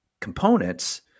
components